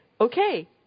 okay